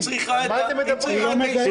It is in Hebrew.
אבל כן צריך לדון על הדברים האלה.